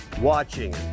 watching